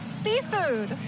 seafood